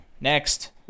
next